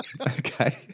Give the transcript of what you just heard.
Okay